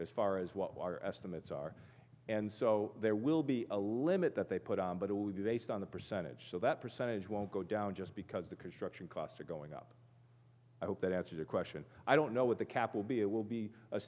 as far as what our estimates are and so there will be a limit that they put on but we do based on the percentage so that percentage won't go down just because the construction costs are going up i hope that answers your question i don't know what the cap will be it will be